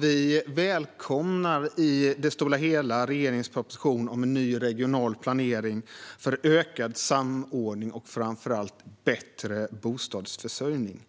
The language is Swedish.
Vi välkomnar i det stora hela regeringens proposition om en ny regional planering för ökad samordning och framför allt bättre bostadsförsörjning.